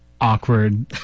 awkward